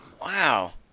Wow